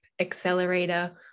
accelerator